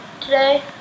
today